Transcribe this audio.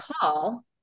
call